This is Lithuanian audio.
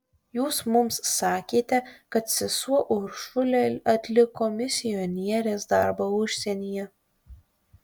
jūs mums sakėte kad sesuo uršulė atliko misionierės darbą užsienyje